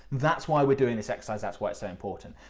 that's why we're doing this exercise. that's why it's so important.